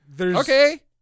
Okay